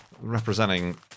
representing